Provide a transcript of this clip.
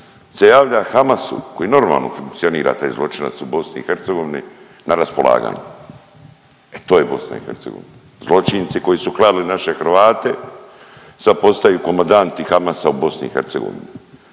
se javlja Hamasu koji normalno funkcionira taj zločinac u BIH, na raspolaganje. E, to je BIH. Zločinci koji su klali naše Hrvate, sad postaju komadanti Hamasa u BIH.